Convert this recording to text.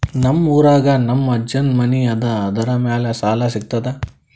ನಮ್ ಊರಾಗ ನಮ್ ಅಜ್ಜನ್ ಮನಿ ಅದ, ಅದರ ಮ್ಯಾಲ ಸಾಲಾ ಸಿಗ್ತದ?